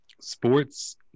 sports